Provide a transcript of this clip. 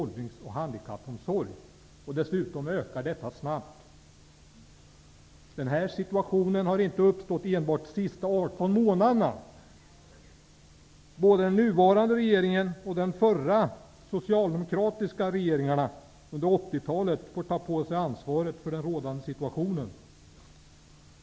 åldrings och handikappomsorg. Dessa belopp ökar snabbt. Situationen har inte uppstått enbart under de senaste 18 månaderna. Både den nuvarande regeringen och 80-talets socialdemokratiska regeringar får ta på sig ansvaret för den rådande situationen.